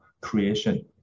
creation